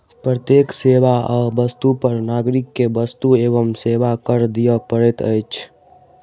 प्रत्येक सेवा आ वस्तु पर नागरिक के वस्तु एवं सेवा कर दिअ पड़ैत अछि